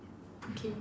okay